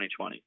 2020